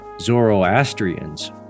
Zoroastrians